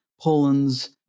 Poland's